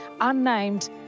unnamed